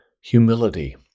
humility